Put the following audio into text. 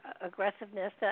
aggressiveness